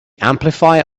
amplifier